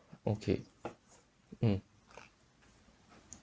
okay mm